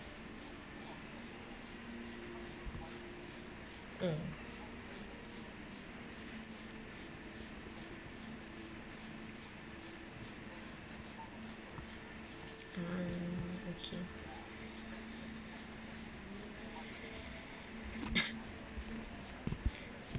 mm mm okay